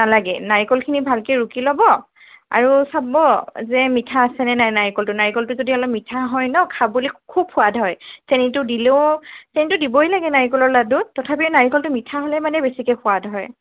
নালাগে নাৰিকলখিনি ভালকে ৰুকি ল'ব আৰু চাব যে মিঠা আছেনে নাই নাৰিকলটো নাৰিকলটো যদি অলপ মিঠা হয় ন' খাবলে খুব সোৱাদ হয় চেনিতো দিলেও চেনিতো দিবই লাগে নাৰিকলৰ লাডুত তথাপিও নাৰিকলটো মিঠা হ'লে মানে বেছিকৈ সোৱাদ হয়